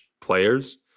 players